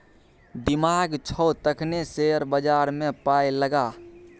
दिमाग छौ तखने शेयर बजारमे पाय लगा